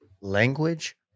language